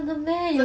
orh